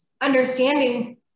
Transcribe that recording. understanding